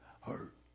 hurt